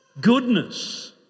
goodness